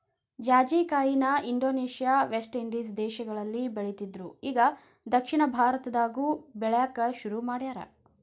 ಜಾಜಿಕಾಯಿನ Indonesia, West Indies ದೇಶಗಳಲ್ಲಿ ಬೆಳಿತ್ತಿದ್ರು ಇಗಾ ದಕ್ಷಿಣ ಭಾರತದಾಗು ಬೆಳ್ಯಾಕ ಸುರು ಮಾಡ್ಯಾರ